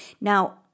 Now